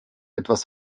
etwas